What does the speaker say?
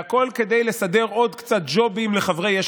והכול כדי לסדר עוד קצת ג'ובים לחברי יש